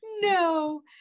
no